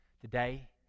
today